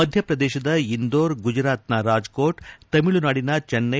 ಮಧ್ಯಪ್ರದೇಶದ ಇಂದೋರ್ ಗುಜರಾತ್ನ ರಾಜ್ಕೋಟ್ ತಮಿಳುನಾಡಿನ ಚೆನ್ನೈ